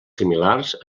similars